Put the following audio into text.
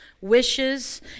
wishes